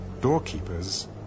doorkeepers